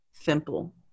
Simple